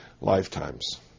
lifetimes